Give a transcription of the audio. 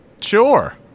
Sure